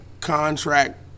contract